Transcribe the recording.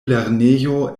lernejo